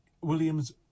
william's